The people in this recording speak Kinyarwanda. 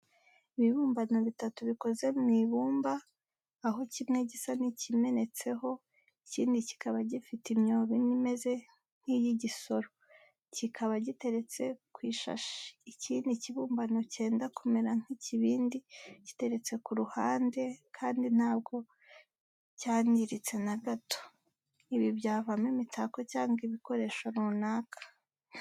Ibibumbano bitatu bikoze mu ibumba aho kimwe gisa n'ikimenetseho, ikindi kikaba gifite imyobo ine imeze nk'iy'igisoro, kikaba giteretse ku ishashi. Ikindi kibumbano cyenda kumera nk'ikibindi giteretse ku ruhande kandi ntabwo cyandiritse na gato. Ibi byavamo imitako cyangwa ibikoresho runaka.